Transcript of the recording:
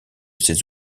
ces